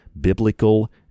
biblical